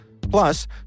Plus